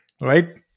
right